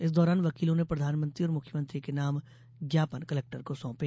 इस दौरान वकीलों ने प्रधानमंत्री और मुख्यमंत्री के नाम ज्ञापन कलेक्टर को सौंपें